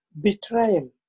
Betrayal